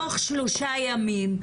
תוך שלושה ימים,